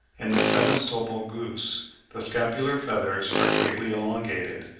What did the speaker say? in the sebastopol goose the scapular feathers are greatly elongated,